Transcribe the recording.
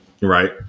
right